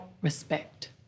respect